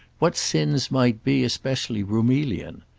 what sins might be especially roumelian.